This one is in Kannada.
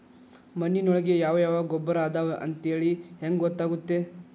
ಮಣ್ಣಿನೊಳಗೆ ಯಾವ ಯಾವ ಗೊಬ್ಬರ ಅದಾವ ಅಂತೇಳಿ ಹೆಂಗ್ ಗೊತ್ತಾಗುತ್ತೆ?